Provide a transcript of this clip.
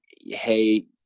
Hey